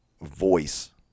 voice